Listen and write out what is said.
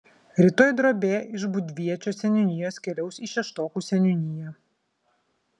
rytoj drobė iš būdviečio seniūnijos keliaus į šeštokų seniūniją